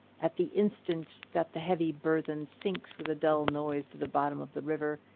at the instant that the heavy burthen sinks with a dull noise to the bottom of the river,